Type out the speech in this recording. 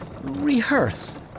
rehearse